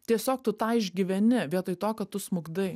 tiesiog tu tą išgyveni vietoj to kad tu smukdai